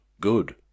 good